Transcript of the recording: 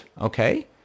okay